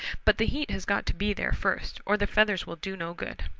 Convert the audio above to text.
but the heat has got to be there first, or the feathers will do no good.